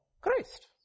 Christ